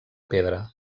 pedra